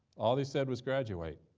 all they said was graduate.